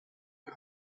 him